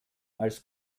als